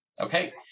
Okay